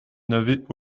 n’avais